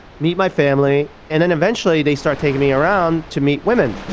meet my family. and then eventually they start taking me around to meet women.